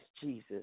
Jesus